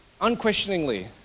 unquestioningly